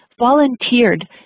volunteered